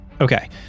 Okay